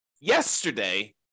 yesterday